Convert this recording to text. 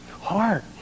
heart